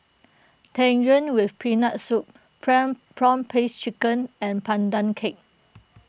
Tang Yuen with Peanut Soup Prawn Prawn Paste Chicken and Pandan Cake